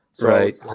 right